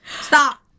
Stop